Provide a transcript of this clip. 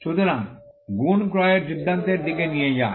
সুতরাং গুণ ক্রয়ের সিদ্ধান্তের দিকে নিয়ে যায়